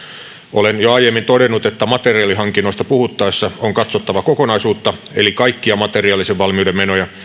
olen jo aiemmin todennut että materiaalihankinnoista puhuttaessa on katsottava kokonaisuutta eli kaikkia materiaalisen valmiuden menoja